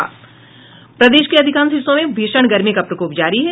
प्रदेश के अधिकांश हिस्सों में भीषण गर्मी का प्रकोप जारी है